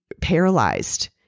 paralyzed